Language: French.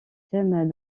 thèmes